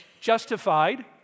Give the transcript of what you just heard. justified